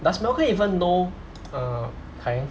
does malcolm even know uh kai heng